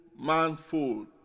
manful